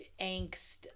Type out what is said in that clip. angst